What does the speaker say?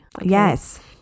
Yes